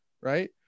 Right